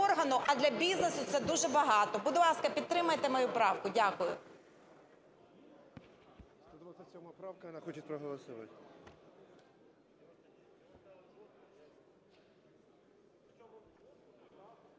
а для бізнесу це дуже багато. Будь ласка, підтримайте мою правку. Дякую.